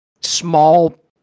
small